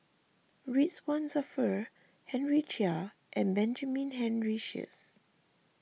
Ridzwan Dzafir Henry Chia and Benjamin Henry Sheares